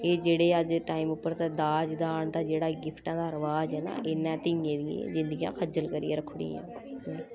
एह् जेह्ड़े अज्ज टाइम उप्पर ते दाज दान दा जेह्ड़ा एह् गिफ्टें दा रवाज ऐ इन्नै धियें दी जिंदगी खज्जल करियै रक्खुड़ियां